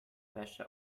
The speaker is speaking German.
wäsche